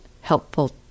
helpful